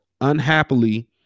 unhappily